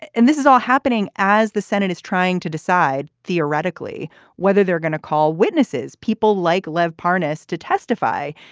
and this is all happening as the. and it is trying to decide theoretically whether they're going to call witnesses, people like leave parties to testify.